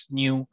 new